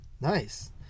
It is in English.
Nice